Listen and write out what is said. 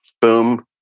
boom